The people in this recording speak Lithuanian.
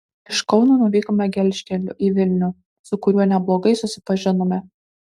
iš kauno nuvykome gelžkeliu į vilnių su kuriuo neblogai susipažinome